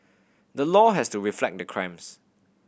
the law has to reflect the crimes